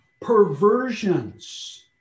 Perversions